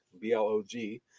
B-L-O-G